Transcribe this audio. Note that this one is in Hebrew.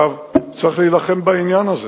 צריך להילחם בעניין הזה.